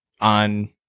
on